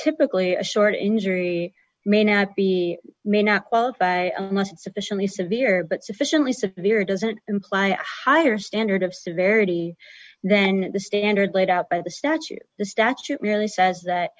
typically a short injury may not be may not qualify sufficiently severe but sufficiently severe doesn't imply higher standard of severity then the standard laid out by the statute the statute really says that